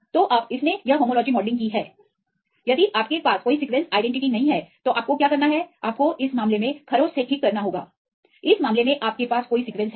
तो अब इसने यह होमोलॉजी मॉडलिंग की है यदि आपके पास कोई सीक्वेंस आईडेंटिटी नहीं है तो आपको क्या करना है आपको इस मामले में खरोंच से ठीक करना होगा इस मामले में आपके पास कोई सीक्वेंस है